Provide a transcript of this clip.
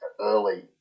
early